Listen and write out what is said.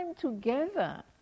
together